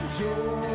joy